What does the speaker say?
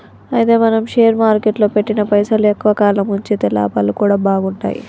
అయితే మనం షేర్ మార్కెట్లో పెట్టిన పైసలు ఎక్కువ కాలం ఉంచితే లాభాలు కూడా బాగుంటాయి